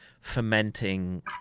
fermenting